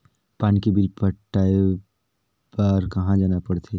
पानी के बिल पटाय बार कहा जाना पड़थे?